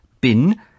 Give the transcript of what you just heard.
bin